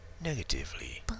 Negatively